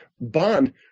bond